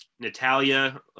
Natalia